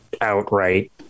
outright